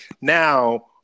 Now